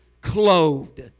clothed